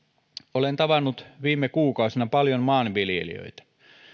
olen tavannut viime kuukausina paljon maanviljelijöitä